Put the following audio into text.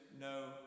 no